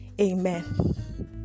Amen